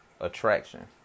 attraction